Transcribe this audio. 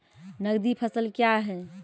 नगदी फसल क्या हैं?